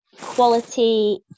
quality